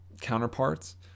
counterparts